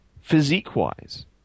physique-wise